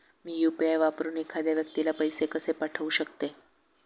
मी UPI वापरून एखाद्या व्यक्तीला पैसे कसे पाठवू शकते?